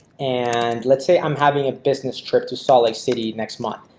and let's say i'm having a business trip to salt lake city next month,